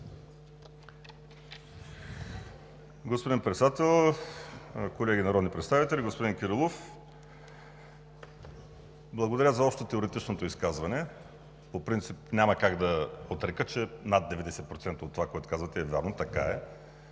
Господин Председател, колеги народни представители! Господин Кирилов, благодаря за общотеоретичното изказване. По принцип няма как да отрека, че над 90% от това, което казвате, е вярно. Така е,